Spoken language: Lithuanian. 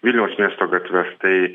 vilniaus miesto gatves tai